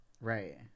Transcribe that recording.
Right